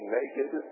naked